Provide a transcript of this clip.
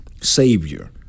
Savior